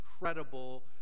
incredible